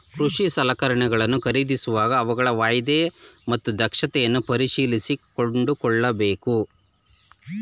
ಕೃಷಿ ಸಲಕರಣೆಗಳನ್ನು ಖರೀದಿಸುವಾಗ ಅವುಗಳ ವಾಯ್ದೆ ಮತ್ತು ದಕ್ಷತೆಯನ್ನು ಪರಿಶೀಲಿಸಿ ಕೊಂಡುಕೊಳ್ಳಬೇಕು